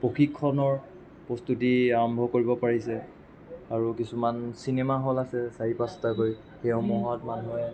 প্ৰশিক্ষণৰ প্ৰস্তুতি আৰম্ভ কৰিব পাৰিছে আৰু কিছুমান চিনেমা হল আছে চাৰি পাঁচটাকৈ সেইসমূহত মানুহে